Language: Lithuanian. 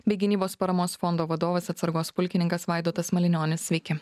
bei gynybos paramos fondo vadovas atsargos pulkininkas vaidotas malinionis sveiki